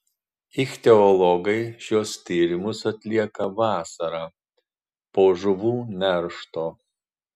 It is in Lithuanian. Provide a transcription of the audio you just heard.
ichtiologai šiuos tyrimus atlieka vasarą po žuvų neršto